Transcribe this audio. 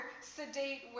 sedate